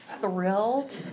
thrilled